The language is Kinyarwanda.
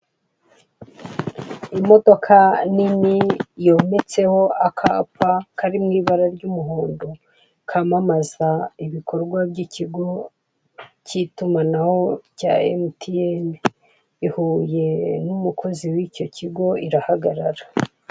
Imodoka nini yometseho akapa kari mw'ibara ry'umuhondo, kamamaza ibikorwa by'ikigo cy'itumanaho cya emutiyeni. Ihuye n'umukozi w'icyo kigo irahagarara.